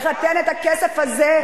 רק בחוק המכרזים,